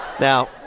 Now